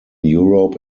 europe